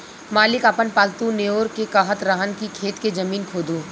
मालिक आपन पालतु नेओर के कहत रहन की खेत के जमीन खोदो